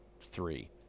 three